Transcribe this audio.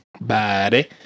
buddy